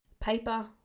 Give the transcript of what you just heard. paper